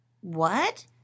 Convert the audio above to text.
What